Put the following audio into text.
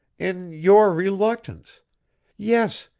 in your reluctance yes,